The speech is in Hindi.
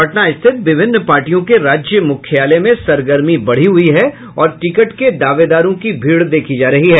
पटना स्थित विभिन्न पार्टियों के राज्य मुख्यालय में सरगर्मी बढ़ी हुई है और टिकट के दावेदारों की भीड़ देखी जा रही है